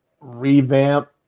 revamp